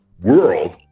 world